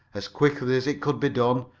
as quickly as it could be done,